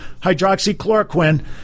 hydroxychloroquine